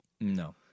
No